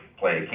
play